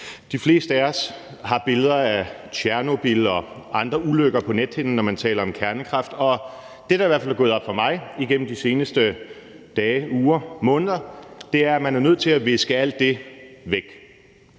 De fleste af os har billeder af Tjernobyl og andre ulykker på nethinden, når man taler om kernekraft, og det, der i hvert fald er gået op for mig igennem de seneste dage, uger og måneder, er, at man er nødt til at viske alt det væk.